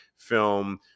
Film